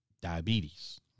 diabetes